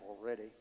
already